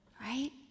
Right